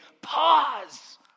pause